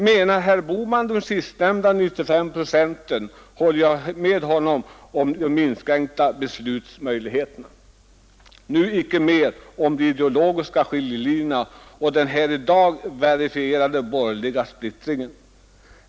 Menar herr Bohman de sistnämnda 95 procenten håller jag med honom om de inskränkta beslutsmöjligheterna. Nu icke mera om de ideologiska skiljelinjerna och den i dag verifierade borgerliga splittringen.